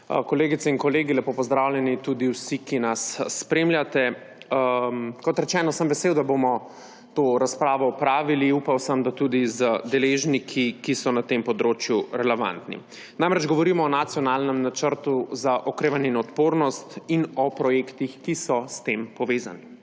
Kolegice in kolegi! Lepo pozdravljeni tudi vsi, ki nas spremljate! Kot rečeno, sem vesel, da bomo to razpravo opravili, upal sem, da tudi z deležniki, ki so na tem področju relevantni. Namreč, govorimo o nacionalnem Načrtu za okrevanje in odpornost in o projektih, ki so s tem povezani.